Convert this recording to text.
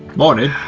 morning.